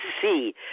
see